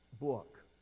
book